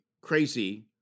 crazy